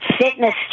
fitness